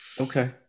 Okay